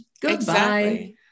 goodbye